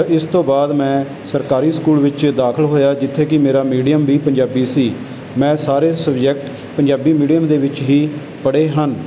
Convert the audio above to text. ਇਸ ਤੋਂ ਬਾਅਦ ਮੈਂ ਸਰਕਾਰੀ ਸਕੂਲ ਵਿੱਚ ਦਾਖਲ ਹੋਇਆ ਜਿੱਥੇ ਕਿ ਮੇਰਾ ਮੀਡੀਅਮ ਵੀ ਪੰਜਾਬੀ ਸੀ ਮੈਂ ਸਾਰੇ ਸਬਜੈਕਟ ਪੰਜਾਬੀ ਮੀਡੀਅਮ ਦੇ ਵਿੱਚ ਹੀ ਪੜ੍ਹੇ ਹਨ